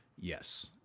Yes